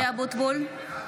(קוראת בשמות חברי הכנסת) משה אבוטבול,